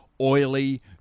oily